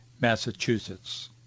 Massachusetts